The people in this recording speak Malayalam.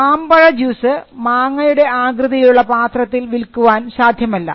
മാമ്പഴ ജ്യൂസ് മാങ്ങയുടെ ആകൃതിയിലുള്ള പാത്രത്തിൽ വിൽക്കുവാൻ സാധ്യമല്ല